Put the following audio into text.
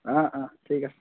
অঁ অঁ ঠিক আছে